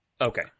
Okay